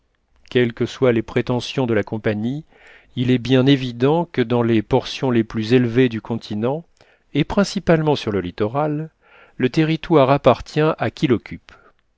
quelles que soient les prétentions de la compagnie il est bien évident que dans les portions les plus élevées du continent et principalement sur le littoral le territoire appartient à qui l'occupe